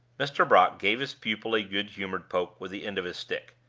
mr. brock gave his pupil a good-humored poke with the end of his stick.